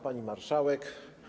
Pani Marszałek!